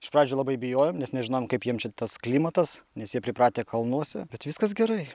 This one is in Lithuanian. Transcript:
iš pradžių labai bijojom nes nežinojom kaip jiem čia tas klimatas nes jie pripratę kalnuose bet viskas gerai